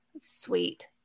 sweet